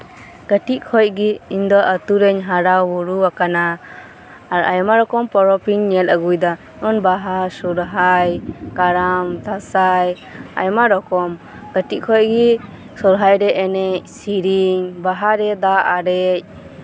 ᱠᱟᱹᱴᱤᱡ ᱠᱷᱚᱡ ᱜᱮ ᱤᱧ ᱫᱚ ᱟᱹᱛᱩᱨᱤᱧ ᱦᱟᱨᱟ ᱵᱩᱨᱩᱣᱟᱠᱟᱱᱟ ᱟᱨ ᱟᱭᱢᱟ ᱨᱚᱠᱚᱢ ᱯᱚᱨᱚᱵᱤᱧ ᱧᱮᱞ ᱟᱜᱩᱭᱫᱟ ᱡᱮᱢᱚᱱ ᱼ ᱵᱟᱦᱟ ᱥᱚᱨᱦᱟᱭ ᱠᱟᱨᱟᱢ ᱫᱟᱸᱥᱟᱭ ᱟᱭᱢᱟ ᱨᱚᱠᱚᱢ ᱠᱟᱹᱴᱤᱡ ᱠᱷᱚᱡ ᱜᱮ ᱥᱚᱨᱦᱟᱭ ᱨᱮ ᱮᱱᱮᱡᱼᱥᱤᱨᱤᱧ ᱵᱟᱦᱟ ᱨᱮ ᱫᱟᱜ ᱟᱨᱮᱡ